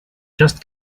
just